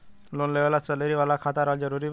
Loan लेवे ला salary वाला खाता रहल जरूरी बा?